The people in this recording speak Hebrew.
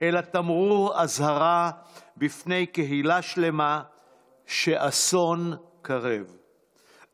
אלא תמרור אזהרה בפני קהילה שלמה שאסון קרב,